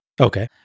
Okay